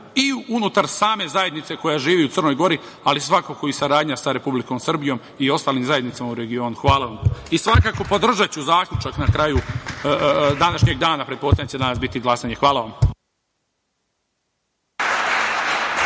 i unutar same zajednice koja živi u Crnoj Gori, ali svakako i saradnja sa Republikom Srbijom i ostalim zajednicama u regionu. Svakako, podržaću zaključak na kraju današnjeg dana. Pretpostavljam da će danas biti glasanje. Hvala.